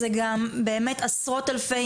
זה גם באמת עשרות אלפי,